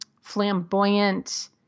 flamboyant